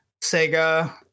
Sega